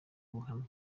ubuhamya